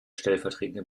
stellvertretende